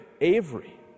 Avery